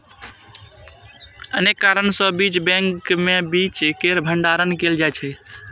अनेक कारण सं बीज बैंक मे बीज केर भंडारण कैल जाइ छै